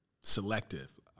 selective